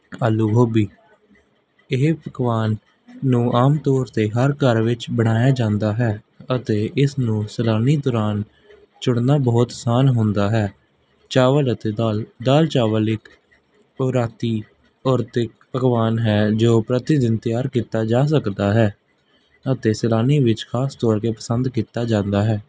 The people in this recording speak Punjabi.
ਆਲੂ ਗੋਭੀ ਇਹ ਪਕਵਾਨ ਨੂੰ ਆਮ ਤੋਰ 'ਤੇ ਹਰ ਘਰ ਵਿੱਚ ਬਣਾਇਆ ਜਾਂਦਾ ਹੈ ਅਤੇ ਇਸਨੂੰ ਸੈਲਾਨੀ ਦੌਰਾਨ ਚੁਣਨਾ ਬਹੁਤ ਅਸਾਨ ਹੁੰਦਾ ਹੈ ਚਾਵਲ ਅਤੇ ਦਾਲ ਦਾਲ ਚਾਵਲ ਇੱਕ ਓਰਾਤੀ ਓਰਤੇਕ ਪਕਵਾਨ ਹੈ ਜੋ ਪ੍ਰਤੀ ਦਿਨ ਤਿਆਰ ਕੀਤਾ ਜਾ ਸਕਦਾ ਹੈ ਅਤੇ ਸੈਲਾਨੀ ਵਿੱਚ ਖ਼ਾਸ ਤੋਰ 'ਤੇ ਪਸੰਦ ਕੀਤਾ ਜਾਂਦਾ ਹੈ